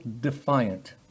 defiant